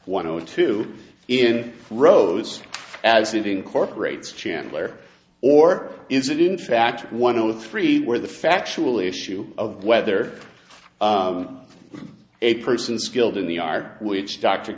one or two in rows as it incorporates chandler or is it in fact one of the three where the factual issue of whether a person skilled in the art which dr